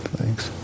Thanks